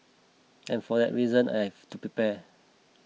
and for that reason I have to prepare